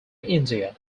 india